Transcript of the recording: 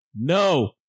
No